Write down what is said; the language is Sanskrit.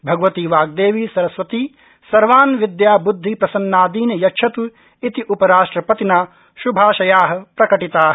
भगवती वाग्देवी सरस्वती सर्वान् विद्या ब्दधि प्रसन्नादीन् यच्छत् इति उपराष्ट्रपतिना श्भाशया प्रकटिता